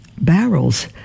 barrels